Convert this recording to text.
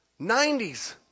90s